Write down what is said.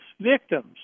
victims